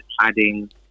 adding